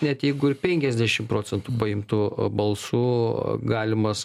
net jeigu ir penkiasdešim procentų paimtų balsų o galimas